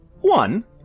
One